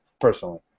personally